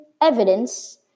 evidence